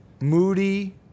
moody